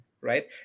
right